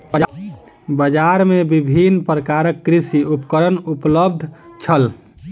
बजार में विभिन्न प्रकारक कृषि उपकरण उपलब्ध छल